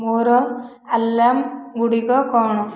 ମୋର ଆଲାର୍ମ ଗୁଡ଼ିକ କ'ଣ